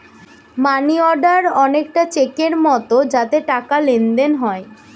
মানি order অনেকটা চেকের মতো যাতে টাকার লেনদেন হয়